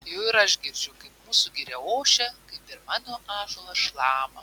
jau ir aš girdžiu kaip mūsų giria ošia kaip ir mano ąžuolas šlama